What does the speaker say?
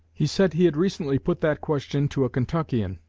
he said he had recently put that question to a kentuckian,